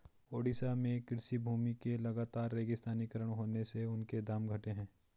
ओडिशा में कृषि भूमि के लगातर रेगिस्तानीकरण होने से उनके दाम घटे हैं